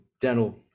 dental